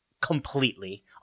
completely